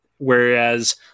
Whereas